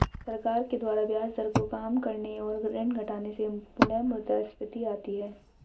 सरकार के द्वारा ब्याज दर को काम करने और ऋण घटाने से पुनःमुद्रस्फीति आती है